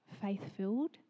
faith-filled